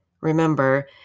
Remember